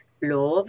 love